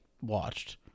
watched